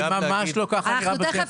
זה ממש לא נראה ככה נראה בשטח.